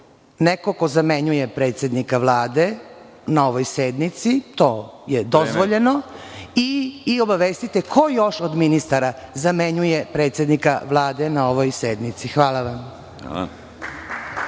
neko ko zamenjuje predsednika Vlade na ovoj sednici, to je dozvoljeno i obavestite ko još od ministara zamenjuje predsednika Vlade na ovoj sednici. Hvala vam.